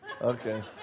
Okay